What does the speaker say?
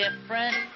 different